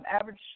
average